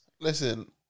Listen